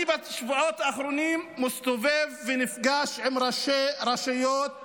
אני בשבועות האחרונים מסתובב ונפגש עם ראשי רשויות בנגב.